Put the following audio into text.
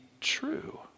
true